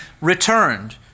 returned